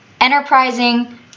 enterprising